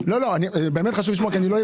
באמת חשוב לי לשמוע, כי אני לא אהיה